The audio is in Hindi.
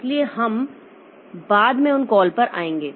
इसलिए हम बाद में उन कॉल पर आएंगे